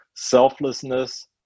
Selflessness